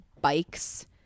bikes